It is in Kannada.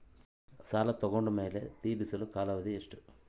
ಸಾಲ ತಗೊಂಡು ಮೇಲೆ ತೇರಿಸಲು ಕಾಲಾವಧಿ ಎಷ್ಟು?